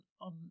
on